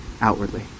outwardly